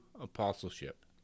apostleship